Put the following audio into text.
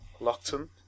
Lockton